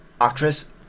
actress